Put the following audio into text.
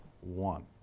one